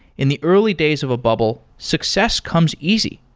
in the early days of a bubble, success comes easy.